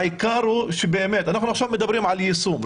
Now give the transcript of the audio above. העיקר הוא שאנחנו עכשיו מדברים על יישום.